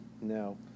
No